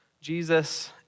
Jesus